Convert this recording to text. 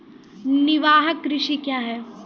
निवाहक कृषि क्या हैं?